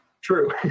True